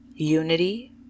unity